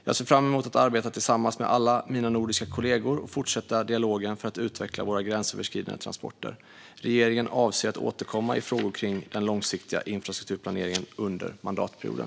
Jag ser fram emot att arbeta tillsammans med alla mina nordiska kollegor och fortsätta dialogen för att utveckla våra gränsöverskridande transporter. Regeringen avser att återkomma i frågor kring den långsiktiga infrastrukturplaneringen under mandatperioden.